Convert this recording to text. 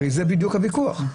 הרי זה בדיוק הוויכוח.